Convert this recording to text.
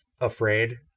afraid